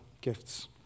gifts